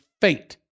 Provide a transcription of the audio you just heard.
faint